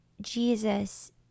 Jesus –